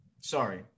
Sorry